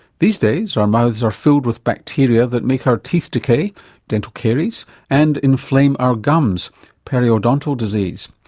these days, our mouths are filled with bacteria that make our teeth decay dental caries and inflame our gums periodontal disease.